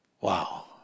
Wow